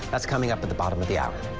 that's coming up at the bottom of the hour.